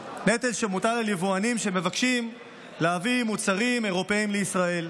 נטל שמוטל על יבואנים שמבקשים להביא מוצרים אירופיים לישראל,